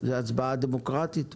מצביעים בהצבעה דמוקרטית?